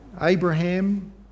abraham